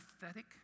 pathetic